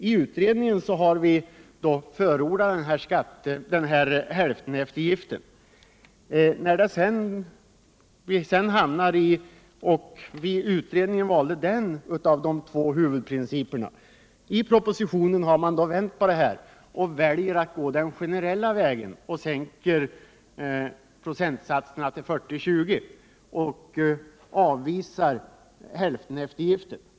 I utredningen har vi förordat hälfteneftergiften, och av de två huvudprinciperna valde utredningen denna. I propositionen har man vänt på detta och man väljer att gå den generella vägen och sänka procentsatserna med 40 resp. 20. Man avvisar alltså hälfteneftergiften.